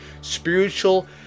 spiritual